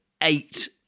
eight